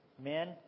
Men